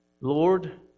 Lord